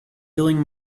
feeling